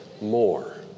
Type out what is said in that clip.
more